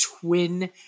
Twin